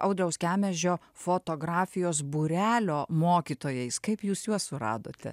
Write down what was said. audriaus kemežio fotografijos būrelio mokytojais kaip jūs juos suradote